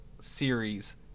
series